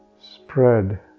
spread